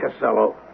Casello